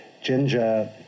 Ginger